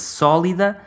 sólida